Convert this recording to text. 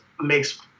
makes